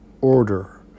order